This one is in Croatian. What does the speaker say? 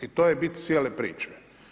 I to je bit cijele priče.